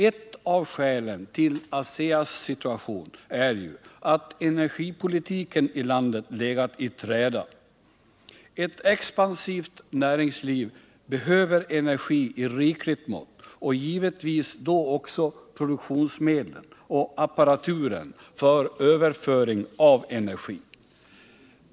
Ett av skälen till ASEA:s situation är ju att energipolitiken i landet legat i träda. Ett expansivt näringsliv behöver energi i rikligt mått och givetvis då också produktionsmedlen och apparaturen för överföring av energi.